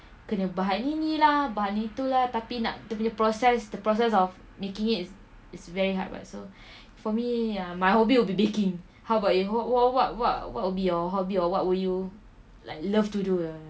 kena bahan ini lah bahan itu lah tapi nak dia punya process the process of making it is is very hard [what] so for me ya my hobby will be baking how about you what what what what what would be your hobby or what would you like love to do